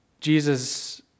Jesus